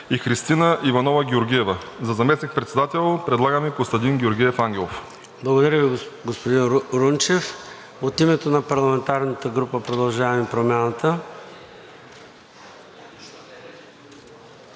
и Христина Иванова Георгиева. За заместник-председател предлагаме Костадин Георгиев Ангелов. ПРЕДСЕДАТЕЛ ЙОРДАН ЦОНЕВ: Благодаря Ви, господин Рунчев. От името на парламентарната група „Продължаваме Промяната“?